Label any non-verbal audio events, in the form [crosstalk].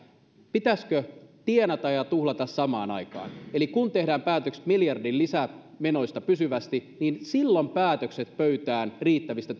pitäisikö tienata ja tuhlata samaan aikaan eli kun tehdään päätökset miljardin lisämenoista pysyvästi niin silloin tuodaan päätökset pöytään riittävistä [unintelligible]